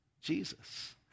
Jesus